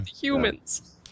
Humans